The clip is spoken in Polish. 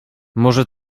może